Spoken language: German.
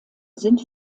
sind